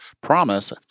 promise